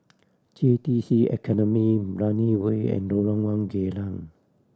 J T C Academy Brani Way and Lorong One Geylang